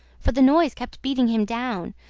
for the noise kept beating him down,